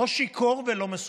לא שיכור ולא מסומם,